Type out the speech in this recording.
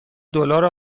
دلار